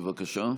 בבקשה.